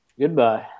Goodbye